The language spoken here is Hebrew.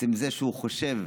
שעצם זה שהוא חושב